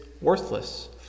Worthless